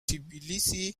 tbilisi